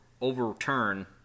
overturn